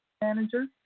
manager